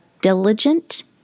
diligent